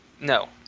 no